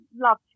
love